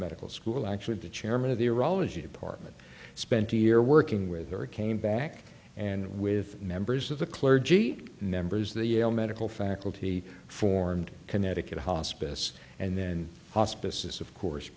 medical school actually the chairman of the irrelative department spent a year working with her came back and with members of the clergy members the yale medical faculty formed connecticut hospice and then hospice of course